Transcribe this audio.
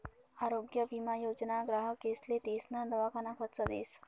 आरोग्य विमा योजना ग्राहकेसले तेसना दवाखाना खर्च देस